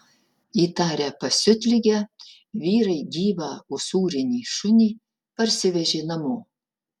įtarę pasiutligę vyrai gyvą usūrinį šunį parsivežė namo